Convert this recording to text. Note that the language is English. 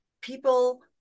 people